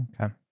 Okay